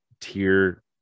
tier